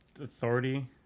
authority